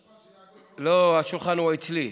לא, השולחן הוא אצלי.